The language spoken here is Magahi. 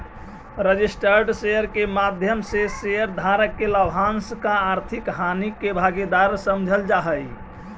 रजिस्टर्ड शेयर के माध्यम से शेयर धारक के लाभांश या आर्थिक हानि के भागीदार समझल जा हइ